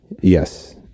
Yes